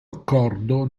accordo